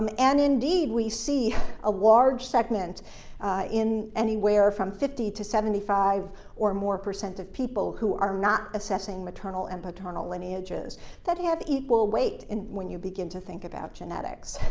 um and indeed, we see a large segment in anywhere from fifty to seventy five or more percent of people who are not assessing maternal and paternal lineages that have equal weight when you begin to think about genetics.